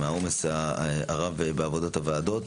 העומס הרב בעבודת הוועדות.